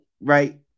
right